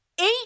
eight